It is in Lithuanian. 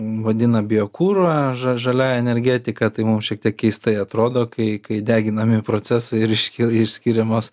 vadina biokurą ža žaliąja energetika tai mum šiek tiek keistai atrodo kai kai deginami procesai ir iški išskiriamas